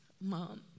mom